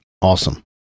Awesome